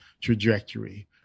trajectory